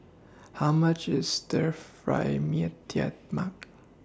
How much IS Stir Fry Mee Tai Mak